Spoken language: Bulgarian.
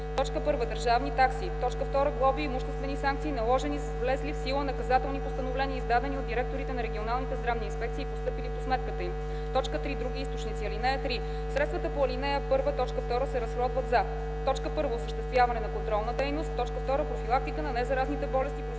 от: 1. държавни такси; 2. глоби и имуществени санкции, наложени с влезли в сила наказателни постановления, издадени от директорите на регионалните здравни инспекции, постъпили по сметката им; 3. други източници. (3) Средствата по ал. 1, т. 2 се разходват за: 1. осъществяване на контролна дейност; 2. профилактика на незаразните болести,